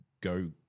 go